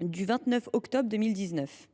du 29 octobre 2019